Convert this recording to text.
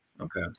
Okay